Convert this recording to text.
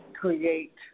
create